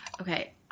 Okay